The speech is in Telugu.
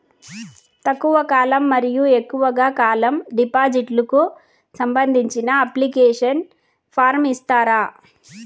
తక్కువ కాలం మరియు ఎక్కువగా కాలం డిపాజిట్లు కు సంబంధించిన అప్లికేషన్ ఫార్మ్ ఇస్తారా?